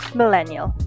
millennial